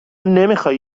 نمیخوای